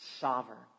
sovereign